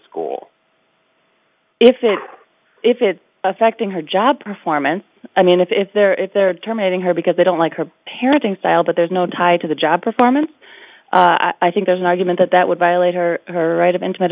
school if it if it's affecting her job performance i mean if they're if they're terminating her because they don't like her parenting style but there's no tied to the job performance i think there's an argument that that would violate her right of intimate